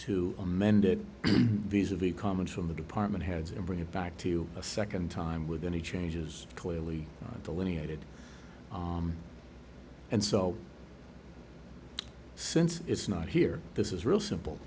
to amend it these are the comments from the department heads and bring it back to you a second time with any changes clearly delineated and so since it's not here this is real simple